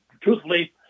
truthfully